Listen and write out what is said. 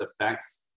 effects